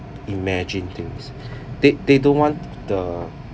imagine things they they don't want the